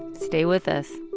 stay with us